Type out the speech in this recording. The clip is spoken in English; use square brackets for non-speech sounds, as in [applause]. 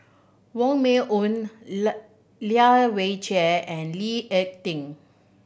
Wong Meng Voon [unintelligible] Lai Weijie and Lee Ek Tieng